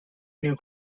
new